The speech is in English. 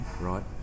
Right